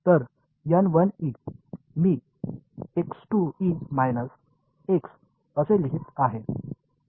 तर मी असे लिहीत आहे